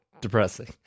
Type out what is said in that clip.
depressing